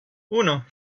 uno